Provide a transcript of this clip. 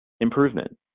improvement